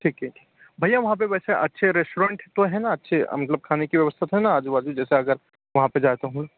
ठीक है ठीक भैया वहाँ पर वैसे अच्छे रेस्टोरेंट तो है ना अच्छे मतलब खाने की व्यवस्था तो है ना आज़ू बाज़ू जैसा अगर वहाँ पर जाता हूँ